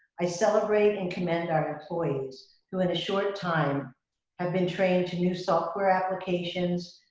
i celebrate and commend our employees who in a short time have been trained to new software applications,